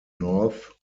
north